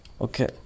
Okay